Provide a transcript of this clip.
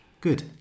good